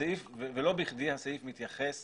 הסעיף, ולא בכדי, מתייחס